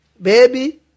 Baby